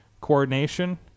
coordination